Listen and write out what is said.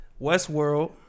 Westworld